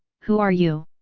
who are you?